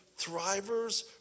Thrivers